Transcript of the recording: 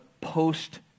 post